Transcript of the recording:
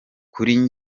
kuri